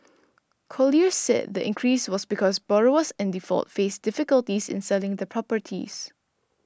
Colliers said the increase was because borrowers in default faced difficulties in selling their properties